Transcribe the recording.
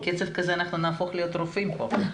בקצב הזה אנחנו נהפוך להיות רופאים פה.